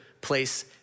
place